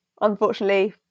unfortunately